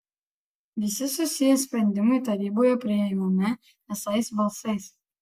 visi susiję sprendimai taryboje priimami visais balsais